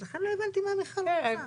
אז לכן לא הבנתי מה מיכל רוצה.